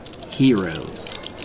heroes